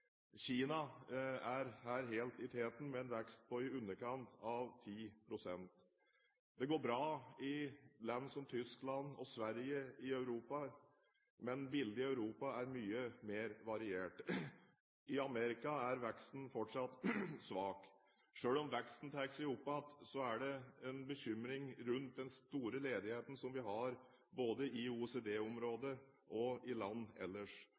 Kina er her helt i teten, med en vekst på i underkant av 10 pst. Det går bra i land som Tyskland og Sverige i Europa, men bildet i Europa er mye mer variert. I Amerika er veksten fortsatt svak. Selv om veksten tar seg opp igjen, er det en bekymring rundt den store ledigheten som vi har både i OECD-området og i land ellers,